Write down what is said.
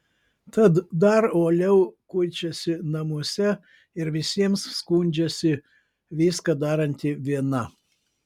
tad dar uoliau kuičiasi namuose ir visiems skundžiasi viską daranti viena